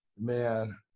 Man